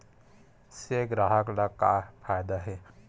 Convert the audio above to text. से ग्राहक ला का फ़ायदा हे?